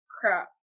crap